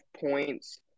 points